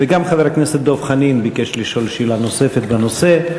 וגם חבר הכנסת דב חנין ביקש לשאול שאלה נוספת בנושא,